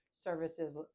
services